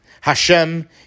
Hashem